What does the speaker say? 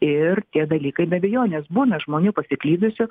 ir tie dalykai be abejonės būna žmonių pasiklydusių